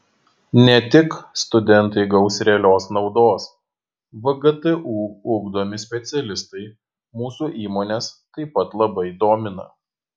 ne tik studentai gaus realios naudos vgtu ugdomi specialistai mūsų įmones taip pat labai domina